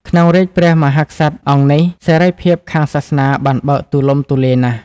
ក្នុងរាជ្យព្រះមហាក្សត្រអង្គ នេះ សេរីភាពខាងសាសនាបានបើកទូលំទូលាយណាស់។